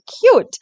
cute